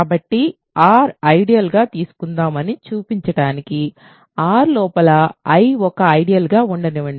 కాబట్టి R ideal గా తీసుకుందాం అని చూపించడానికి R లోపల I ఒక ఐడియల్ గా ఉండనివ్వండి